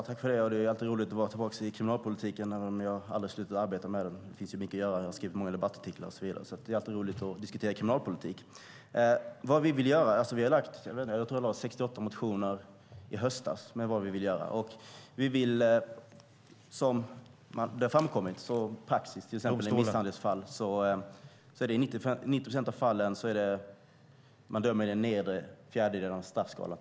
Herr talman! Det är roligt att vara tillbaka i kriminalpolitiken, även om jag aldrig har slutat arbeta med den. Det finns mycket att göra. Jag har skrivit många debattartiklar och så vidare. Det är alltid roligt att diskutera kriminalpolitik. Vad vill vi göra? Vi väckte 68 motioner i höstas, tror jag, om vad vi vill göra. Det har framkommit att praxis till exempel i misshandelsfall innebär att man i 90 procent av fallen dömer i den nedersta fjärdedelen av straffskalan.